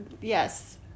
yes